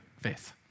faith